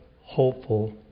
hopeful